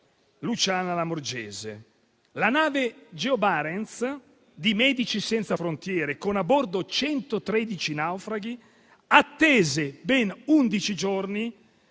Luciana Lamorgese. La nave Geo Barents di Medici senza frontiere, con a bordo 113 naufraghi, attese ben undici giorni